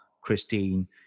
christine